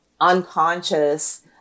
unconscious